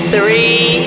Three